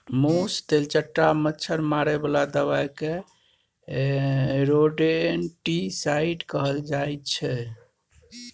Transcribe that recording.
मुस, तेलचट्टा, मच्छर मारे बला दबाइ केँ रोडेन्टिसाइड कहल जाइ छै